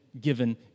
given